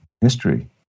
history